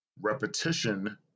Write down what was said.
Repetition